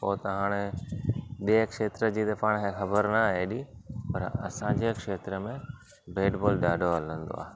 पोइ त हाणे ॿियां खेत्र जी त पाण खे ख़बर न आहे हेॾी पर असांजे खेत्र में बेट बॉल ॾाढो हलंदो आहे